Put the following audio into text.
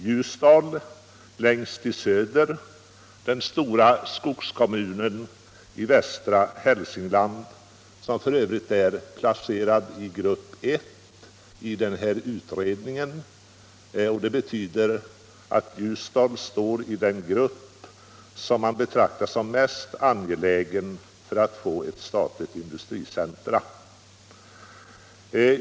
Ljusdal ligger längst i söder, den stora skogskommunen i västra Hälsingland, som f. ö. är placerad i grupp 1 i utredningen, vilket betyder att Ljusdal står i den grupp som man betraktar som mest angelägen när det gäller att få ett statligt industricenter.